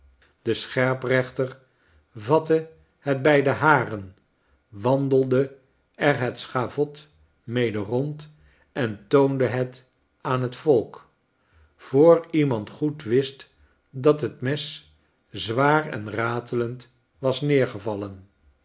de scherprechter vatte het bij de haren wandelde er het schavot mede rond en toonde het aan t volk voor iemand goed wist dat het mes zwaar en ratelend was